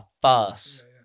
fast